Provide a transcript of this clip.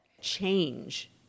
change